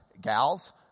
gals